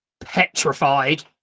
petrified